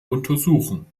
untersuchen